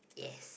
yes